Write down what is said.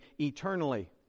eternally